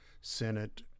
Senate